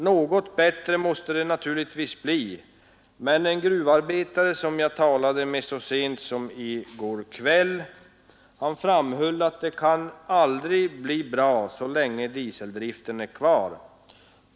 Något bättre måste det naturligtvis bli, men en gruvarbetare som jag talade med så sent som i går kväll framhöll att det kan aldrig bli bra så länge dieseldriften är kvar.